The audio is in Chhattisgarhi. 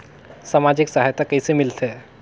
समाजिक सहायता कइसे मिलथे?